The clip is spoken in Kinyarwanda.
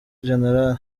gen